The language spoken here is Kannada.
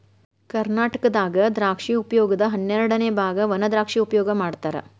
ಕರ್ನಾಟಕದಾಗ ದ್ರಾಕ್ಷಿ ಉಪಯೋಗದ ಹನ್ನೆರಡಅನೆ ಬಾಗ ವಣಾದ್ರಾಕ್ಷಿ ಉಪಯೋಗ ಮಾಡತಾರ